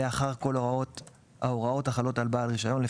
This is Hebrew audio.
אחר כל ההוראות החלות על בעל רישיון,